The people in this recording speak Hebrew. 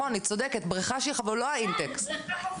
לא intex.